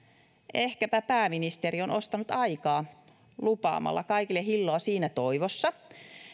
ehkäpä pääministeri on ostanut aikaa lupaamalla kaikille hilloa siinä toivossa